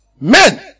men